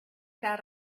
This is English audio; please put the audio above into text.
sat